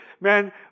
man